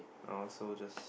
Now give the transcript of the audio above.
oh so just